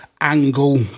angle